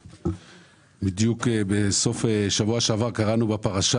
בסוף שבוע שעבר קראנו בפרשה